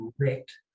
wrecked